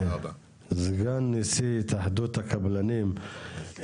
סגן נשיא התאחדות הקבלנים.